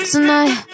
Tonight